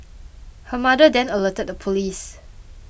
her mother then alerted the police